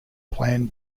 plan